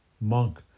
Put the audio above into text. monk